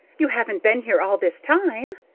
you haven't been here all this time?